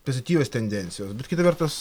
pozityvios tendencijos bet kita vertus